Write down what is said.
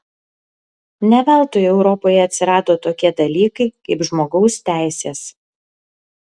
ne veltui europoje atsirado tokie dalykai kaip žmogaus teisės